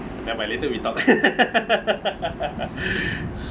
never mind later we talk